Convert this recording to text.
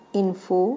info